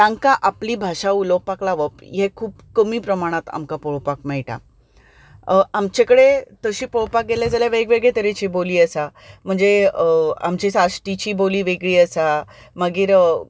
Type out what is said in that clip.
तांकां आपली भाशा उलोवपाक लावप हें खूब कमी प्रमाणांत आमकां पळोवपाक मेळटा आमचे कडेन तशे पळोवपाक गेले जाल्यार वेग वेगळे तरेच्यो बोली आसा म्हणजे आमचे साश्टीची बोली वेगळी आसा मागीर